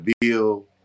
Bill